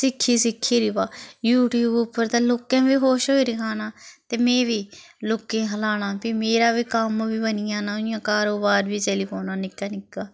सिक्खी सिक्खी र बा यूट्यूब उप्पर ते लोकें बी खुश होइयै खाना ते में बी लोकें ई खलाना फ्ही मेरा बी कम्म बनी जाना इ'यां कारोबार बी चली पौना निक्का निक्का